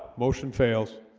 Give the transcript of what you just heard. motion fails